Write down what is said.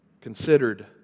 considered